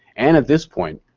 and at this point,